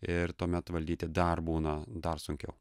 ir tuomet valdyti dar būna dar sunkiau